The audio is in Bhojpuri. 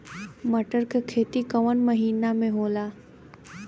मटर क खेती कवन महिना मे होला?